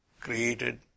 created